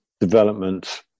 development